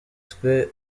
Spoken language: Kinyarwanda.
twe